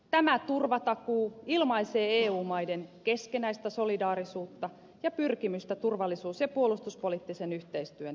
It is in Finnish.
tämä turvatakuu ilmaisee eu maiden keskinäistä solidaarisuutta ja pyrkimystä turvallisuus ja puolustuspoliittisen yhteistyön tiivistämiseen